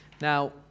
Now